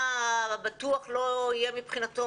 מה בטוח לא יהיה מבחינתו,